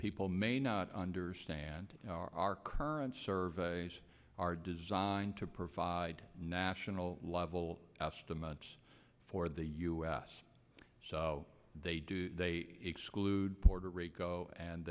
people may not understand our our current surveys are designed to provide national level estimates for the u s so they do they exclude puerto rico and